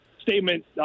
statement